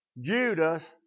Judas